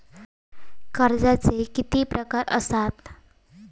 कर्जाचे किती प्रकार असात?